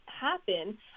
happen